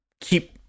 keep